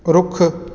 ਰੁੱਖ